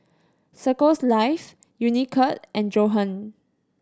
Circles Life Unicurd and Johan